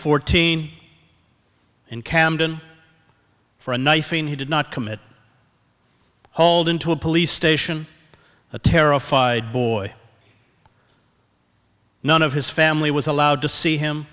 fourteen in camden for a knife and he did not commit holden to a police station a terrified boy none of his family was allowed to see him